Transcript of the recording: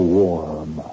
warm